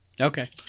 Okay